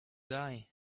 die